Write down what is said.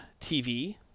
TV